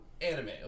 anime